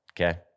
Okay